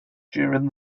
during